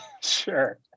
Sure